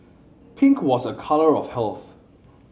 pink was a colour of health